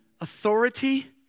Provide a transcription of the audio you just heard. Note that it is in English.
authority